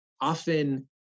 often